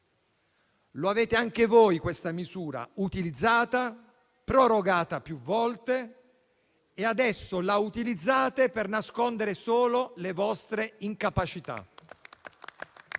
misura anche voi l'avete utilizzata, prorogata più volte, e adesso la utilizzate per nascondere solo le vostre incapacità.